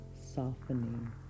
softening